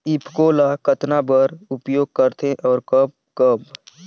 ईफको ल कतना बर उपयोग करथे और कब कब?